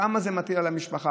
כמה זה מטיל על המשפחה,